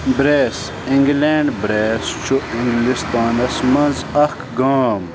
Bures England برٛیٚس چھُ انٛگلستانس منٛز اکھ گام